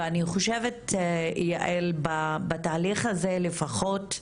ואני חושבת, יעל, בתהליך הזה לפחות,